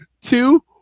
Two